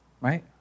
Right